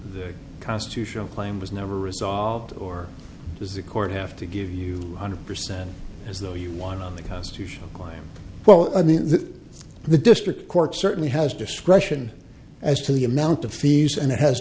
the constitutional claim was never resolved or does the court have to give you one hundred percent as though you won on the constitutional climb well the district court certainly has discretion as to the amount of fees and it has